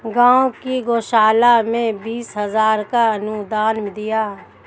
गांव की गौशाला में बीस हजार का अनुदान दिया